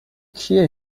کیه